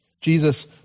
Jesus